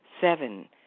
Seven